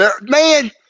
Man